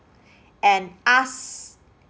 and ask